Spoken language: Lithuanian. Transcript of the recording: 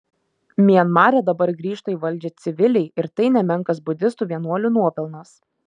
mianmare dabar grįžta į valdžią civiliai ir tai nemenkas budistų vienuolių nuopelnas